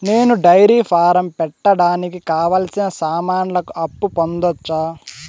నేను dairy farm పెట్టడానికి కావాల్సిన సామాన్లకు అప్పు పొందొచ్చా?